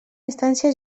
instància